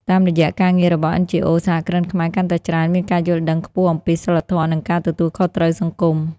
តាមរយៈការងាររបស់ NGOs សហគ្រិនខ្មែរកាន់តែច្រើនមានការយល់ដឹងខ្ពស់អំពី "សីលធម៌ និងការទទួលខុសត្រូវសង្គម"។